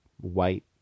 white